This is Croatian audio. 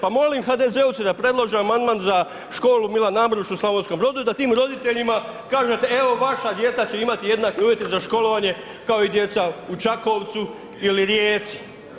Pa molim HDZ-ovce da predlože amandman za školu Milan Amruš u Slavonskom Brodu da tim roditeljima kažete evo vaša djeca će imati jednake uvjete za školovanje kao i djeca u Čakovcu ili Rijeci.